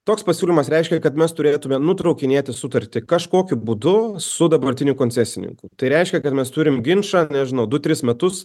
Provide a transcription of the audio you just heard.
toks pasiūlymas reiškia kad mes turėtume nutraukinėti sutartį kažkokiu būdu su dabartiniu koncesininku tai reiškia kad mes turim ginčą nežinau du tris metus